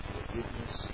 forgiveness